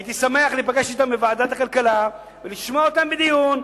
הייתי שמח להיפגש אתם בוועדת הכלכלה ולשמוע אותם בדיון,